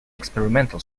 experimental